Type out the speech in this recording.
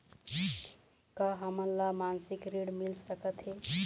का हमन ला मासिक ऋण मिल सकथे?